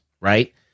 right